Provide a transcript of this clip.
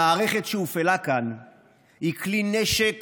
המערכת שהופעלה כאן היא כלי נשק